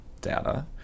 data